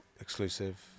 exclusive